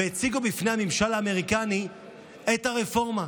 והציגו בפני הממשל האמריקני את הרפורמה.